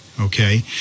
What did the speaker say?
okay